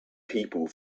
people